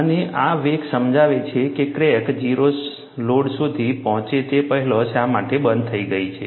અને આ વેક સમજાવે છે કે ક્રેક 0 લોડ સુધી પહોંચે તે પહેલાં શા માટે બંધ થઈ જાય છે